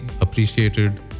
appreciated